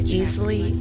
easily